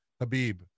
habib